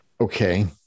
Okay